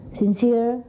sincere